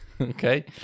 Okay